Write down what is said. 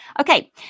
Okay